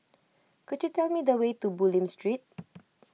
could you tell me the way to Bulim Street